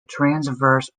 transverse